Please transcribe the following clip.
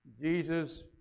Jesus